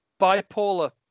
bipolar